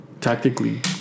Tactically